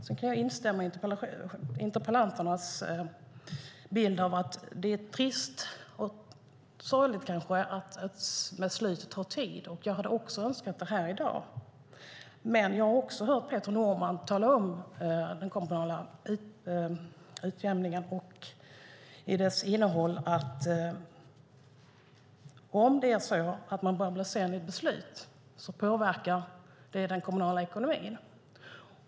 Sedan kan jag instämma i interpellanternas bild av att det är trist och kanske sorgligt att beslutet tar tid. Jag hade också önskat att vi hade haft det här i dag. Men jag har också hört Peter Norman beträffande den kommunala utjämningen och dess innehåll säga att om man blir sen i beslutet påverkar det den kommunala ekonomin.